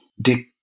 Dick